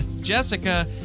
Jessica